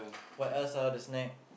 what else ah the snack